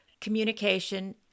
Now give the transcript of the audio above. communication